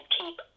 keep